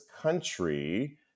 country